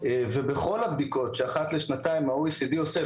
ובכל הבדיקות שאחת לשנתיים ה-OECD עושה,